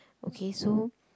okay so